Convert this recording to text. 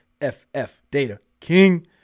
FFDataKing